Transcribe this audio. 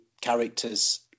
characters